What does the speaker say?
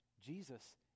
Jesus